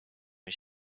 his